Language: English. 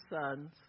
sons